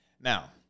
Now